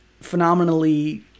phenomenally